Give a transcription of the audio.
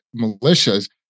militias